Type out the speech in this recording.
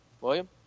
William